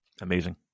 Amazing